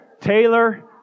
Taylor